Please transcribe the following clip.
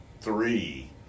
three